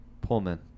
Pullman